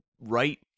right